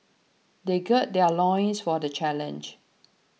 they gird their loins for the challenge